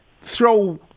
throw